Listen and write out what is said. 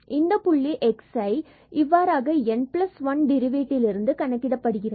இந்த புள்ளி xi இவ்வாறாக n1 டெரிவேட்டிவ் ல் கணக்கிடப்படுகிறது